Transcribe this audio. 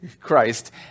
Christ